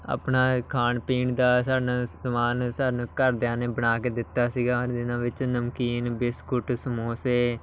ਆਪਣਾ ਖਾਣ ਪੀਣ ਦਾ ਸਾਡੇ ਨਾਲ ਸਮਾਨ ਸਾਨੂੰ ਘਰਦਿਆਂ ਨੇ ਬਣਾ ਕੇ ਦਿੱਤਾ ਸੀਗਾ ਜਿਨ੍ਹਾਂ ਵਿੱਚ ਨਮਕੀਨ ਬਿਸਕੁਟ ਸਮੋਸੇ